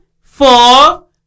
four